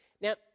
Now